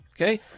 okay